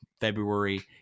February